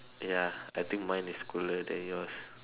ya I think mine is cooler than yours